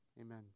Amen